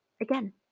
again